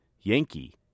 Yankee